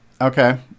Okay